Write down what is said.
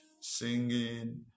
singing